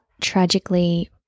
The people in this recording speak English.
tragically